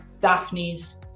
Daphne's